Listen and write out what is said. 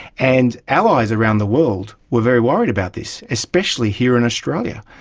and allies around the world were very worried about this, especially here in australia.